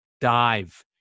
Dive